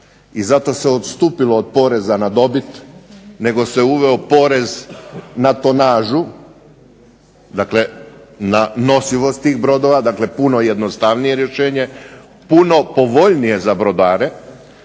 i zato se odstupilo od poreza na dobit, nego se uveo porez na tonažu, dakle na nosivost tih brodova, dakle puno jednostavnije rješenje, puno povoljnije za brodare,